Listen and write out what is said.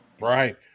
Right